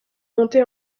montée